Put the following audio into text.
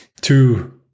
two